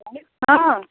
हँ